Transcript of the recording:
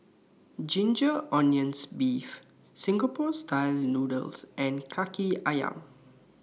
Ginger Onions Beef Singapore Style Noodles and Kaki Ayam